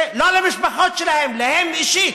לא למשפחות שלהם, להם אישית.